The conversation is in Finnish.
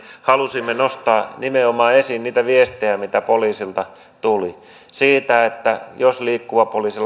halusimme nostaa nimenomaan esiin niitä viestejä mitä poliisilta tuli siitä että liikkuva poliisi